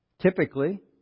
Typically